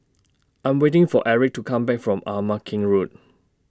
I Am waiting For Erik to Come Back from Ama Keng Road